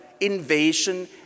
invasion